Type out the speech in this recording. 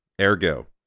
Ergo